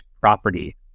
property